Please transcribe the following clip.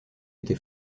été